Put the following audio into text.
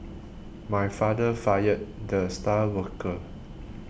my father fired the star worker